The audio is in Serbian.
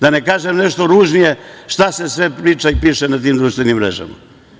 Da ne kažem nešto ružnije šta se sve priča i piše na tim društvenim mrežama.